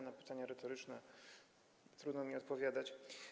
Na pytania retoryczne trudno jest mi odpowiadać.